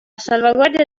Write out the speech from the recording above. salvaguardia